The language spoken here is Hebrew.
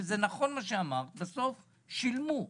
וזה נכון מה שאמרת - בסוף שילמו.